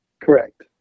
Correct